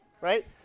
Right